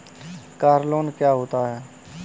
Car loan क्या होता है?